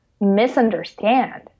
misunderstand